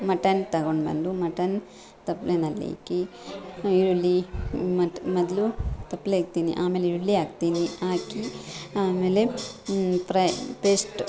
mutton ತಗೊಂಡು ಬಂದು mutton ತಪ್ಪಲೆನಲ್ಲಿಕ್ಕಿ ಈರುಳ್ಳಿ ಮತ್ತು ಮೊದ್ಲು ತಪ್ಪಲೆ ಇಕ್ತೀನಿ ಆಮೇಲೆ ಈರುಳ್ಳಿ ಹಾಕ್ತೀನಿ ಹಾಕಿ ಆಮೇಲೆ ಪ್ರೈ ಪೇಸ್ಟು